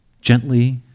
gently